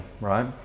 right